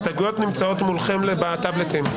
ההסתייגויות נמצאות מולכם בטאבלטים.